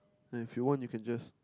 and if you want you can just